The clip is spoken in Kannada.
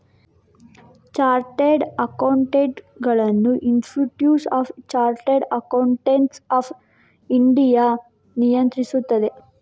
ಚಾರ್ಟರ್ಡ್ ಅಕೌಂಟೆಂಟುಗಳನ್ನು institute of chartered accountants of India ನಿಯಂತ್ರಿಸುತ್ತದೆ